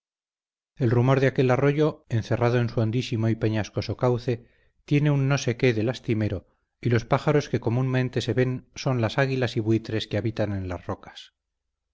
el rumor de aquel arroyo encerrado en su hondísimo y peñascoso cauce tiene un no sé qué de lastimero y los pájaros que comúnmente se ven son las águilas y buitres que habitan en las rocas